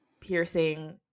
piercing